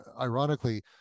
ironically